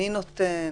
מי נותן?